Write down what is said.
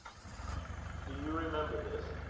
do you remember this?